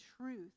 truth